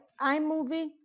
iMovie